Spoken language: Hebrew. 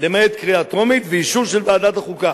למעט קריאה טרומית, ואישור של ועדת החוקה,